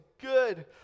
good